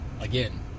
again